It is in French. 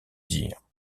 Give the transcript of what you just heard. dire